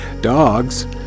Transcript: dogs